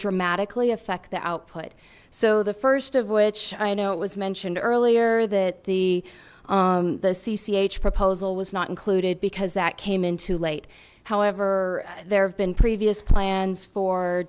dramatically affect the output so the first of which i know it was mentioned earlier that the the cch proposal was not included because that came in too late however there have been previous plans for